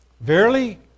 Verily